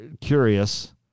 curious